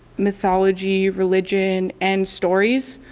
mythology, religion and stories.